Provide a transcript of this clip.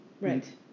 Right